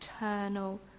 eternal